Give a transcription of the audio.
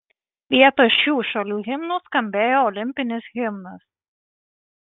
vietoj šių šalių himnų skambėjo olimpinis himnas